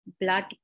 blood